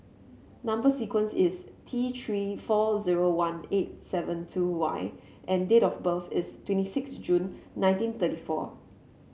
number sequence is T Three four zero one eight seven two Y and date of birth is twenty six June nineteen thirty four